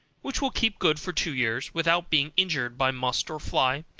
which will keep good for two years, without being injured by must or fly,